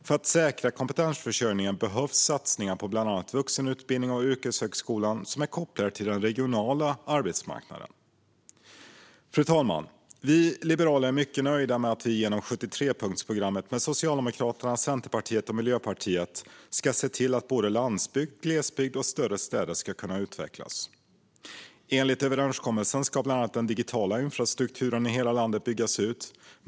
För att säkra denna behövs satsningar på bland annat vuxenutbildning och yrkeshögskolan som är kopplade till den regionala arbetsmarknaden. Fru talman! Vi liberaler är mycket nöjda med att vi genom 73-punktsprogrammet med Socialdemokraterna, Centerpartiet och Miljöpartiet ska se till att såväl landsbygd och glesbygd som större städer ska kunna utvecklas. Enligt överenskommelsen ska bland annat den digitala infrastrukturen i hela landet byggas ut.